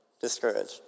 discouraged